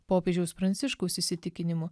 popiežiaus pranciškaus įsitikinimu